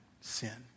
sin